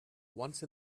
once